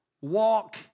walk